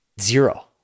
Zero